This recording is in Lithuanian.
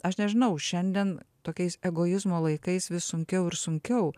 aš nežinau šiandien tokiais egoizmo laikais vis sunkiau ir sunkiau